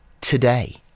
today